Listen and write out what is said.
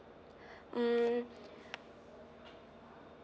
mm